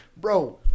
Bro